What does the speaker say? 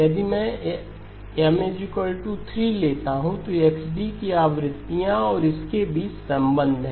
यदि मैं M 3 लेता हूं तो XD की आवृत्तियों और इस के बीच संबंध हैं